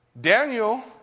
Daniel